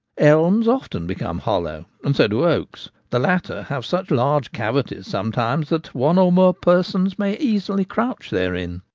elms often become hollow, and so do oaks the latter have such large cavities sometimes that one or more persons may easily crouch therein.